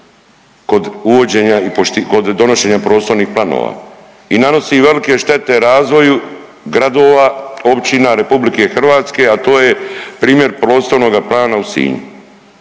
kod uvođenja i pošti…, kod donošenja prostornih planova i nanosi velike štete razvoju gradova i općina RH, a to je primjer prostornoga plana u Sinju.